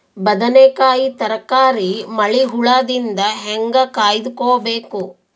ಬದನೆಕಾಯಿ ತರಕಾರಿ ಮಳಿ ಹುಳಾದಿಂದ ಹೇಂಗ ಕಾಯ್ದುಕೊಬೇಕು?